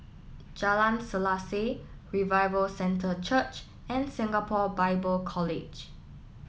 Jalan Selaseh Revival Centre Church and Singapore Bible College